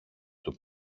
του